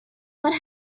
what